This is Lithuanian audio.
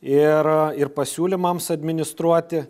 ir ir pasiūlymams administruoti